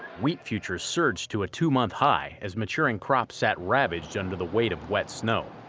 wheat futures surged to a two-month high as maturing crop sat ravaged under the weight of wet snow.